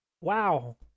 Wow